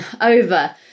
Over